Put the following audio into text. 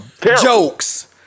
jokes